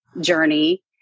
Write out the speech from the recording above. journey